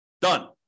Done